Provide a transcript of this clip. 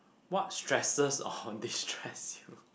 what stresses or destress you